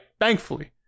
Thankfully